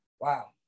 Wow